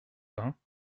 vingts